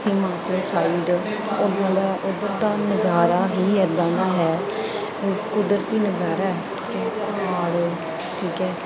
Himachal side ਉਧਰ ਦਾ ਉੱਧਰ ਦਾ ਨਜਾਰਾ ਹੀ ਇੱਦਾਂ ਦਾ ਹੈ ਕੁਦਰਤੀ ਨਜ਼ਾਰਾ ਠੀਕ ਹੈ ਔਰ ਠੀਕ ਹੈ